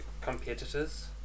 competitors